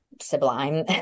sublime